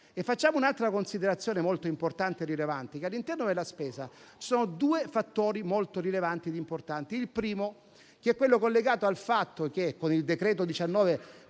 facciamo poi un'altra considerazione molto importante e rilevante: all'interno della spesa vi sono due fattori molto rilevanti ed importanti. Il primo è quello collegato al fatto che, con il decreto-legge